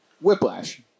Whiplash